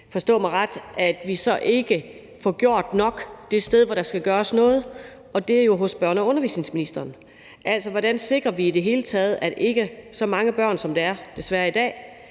forstå mig ret – at vi så ikke får gjort nok det sted, hvor der skal gøres noget, og det er jo hos børne- og undervisningsministeren. Altså, hvordan sikrer vi i det hele taget, at der ikke er så mange børn, som der desværre er i dag,